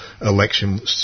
election